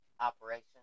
operation